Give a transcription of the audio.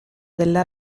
della